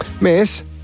miss